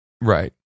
Right